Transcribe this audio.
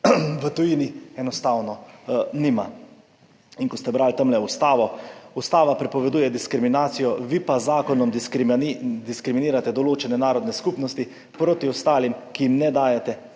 v tujini enostavno nima. Ko ste brali ustavo, ustava prepoveduje diskriminacijo, vi pa z zakonom diskriminirate določene narodne skupnosti proti ostalim, ki jim ne dajete